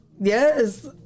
yes